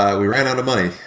ah we ran out of money.